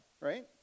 right